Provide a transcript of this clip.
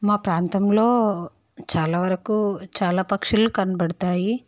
మా ప్రాంతంలో చాలా వరకు చాలా పక్షులు కనపడతాయి